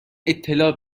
اطلاع